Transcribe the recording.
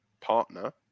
partner